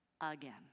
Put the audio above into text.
again